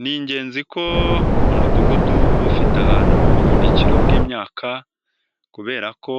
Ni ingenzi ko umudugudu uba ufite ahantu h'ubuhunikiro bw'imyaka kubera ko